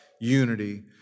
unity